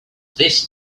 this